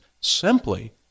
simply